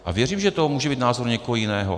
A věřím, že to může být názor někoho jiného.